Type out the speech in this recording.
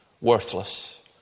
worthless